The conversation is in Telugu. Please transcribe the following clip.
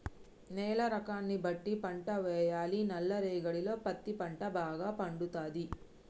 నేల రకాన్ని బట్టి పంట వేయాలి నల్ల రేగడిలో పత్తి పంట భాగ పండుతది